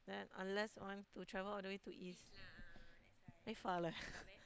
then unless I want to travel all the way to east very far leh